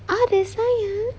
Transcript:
ada saya